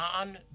on